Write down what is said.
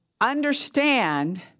understand